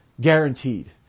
guaranteed